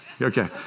Okay